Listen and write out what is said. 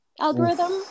algorithm